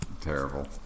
Terrible